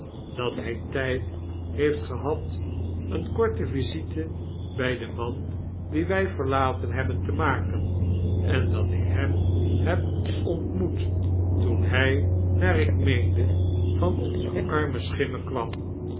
dat hij tijd heeft gehad eene korte visite by den man dien wij verlaten hebben te maken en dat ik hemhebontmoet toen hy naar ik meende van onze arme schimmen kwam